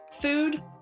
food